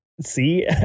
see